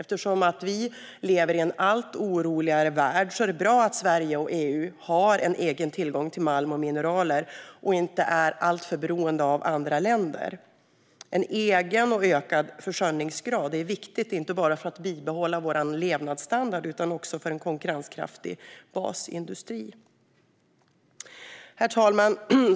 Eftersom vi lever i en allt oroligare värld är det bra att Sverige och EU har egen tillgång till malm och mineraler och inte är alltför beroende av andra länder. En egen och ökad försörjningsgrad är viktig inte bara för att bibehålla vår levnadsstandard utan också för en konkurrenskraftig basindustri. Herr talman!